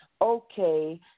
Okay